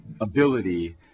ability